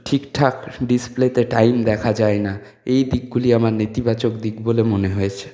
ঠিকঠাক ডিসপ্লেতে টাইম দেখা যায় না এই দিকগুলি আমার নেতিবাচক দিক বলে মনে হয়েছে